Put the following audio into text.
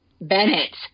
Bennett